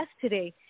today